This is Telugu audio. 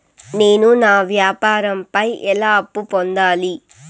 నేను నా వ్యాపారం పై ఎలా అప్పు పొందాలి?